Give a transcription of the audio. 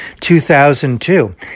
2002